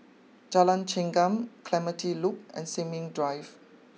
Jalan Chengam Clementi Loop and Sin Ming Drive